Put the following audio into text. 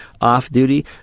off-duty